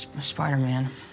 Spider-Man